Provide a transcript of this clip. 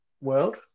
world